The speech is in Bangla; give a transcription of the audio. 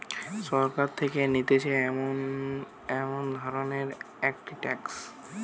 সরকার থেকে নিতেছে এমন ধরণের একটি ট্যাক্স